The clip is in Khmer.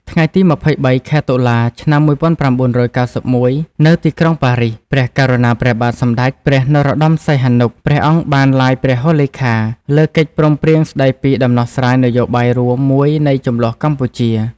ថ្ងៃទី២៣ ខែតុលា ឆ្នាំ១៩៩១ នៅទីក្រុងប៉ារីស ព្រះករុណាព្រះបាទសម្តេចព្រះនរោត្តម សីហនុ ព្រះអង្គបានឡាយព្រះហស្ថលេខា លើកិច្ចព្រមព្រៀងស្តីពីដំណោះស្រាយនយោបាយរួមមួយនៃជម្លោះកម្ពុជា។